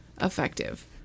effective